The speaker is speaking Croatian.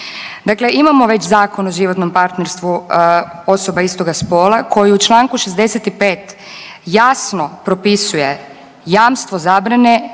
Dakle, imamo već Zakon o životnom partnerstvu osoba istoga spola koji u članku 65. jasno propisuje jamstvo zabrane